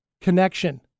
connection